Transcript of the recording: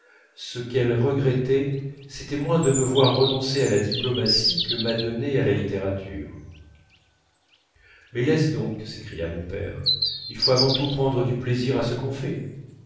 ce qu'elle regrettait c'était moins de me voir renoncer à la diplomatie que m'adonner à la littérature mais laisse donc s'écria mon père il faut avant tout prendre du plaisir à ce qu'on fait